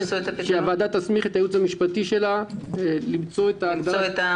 אני מציע שהוועדה תסמיך את הייעוץ המשפטי שלה למצוא את הנוסח.